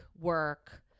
work